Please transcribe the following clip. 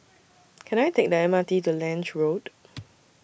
Can I Take The M R T to Lange Road